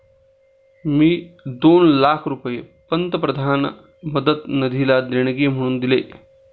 मी दोन लाख रुपये पंतप्रधान मदत निधीला देणगी म्हणून दिले